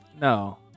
No